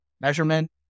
measurement